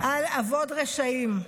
על "אבֹד רשעים".